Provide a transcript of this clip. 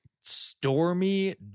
stormy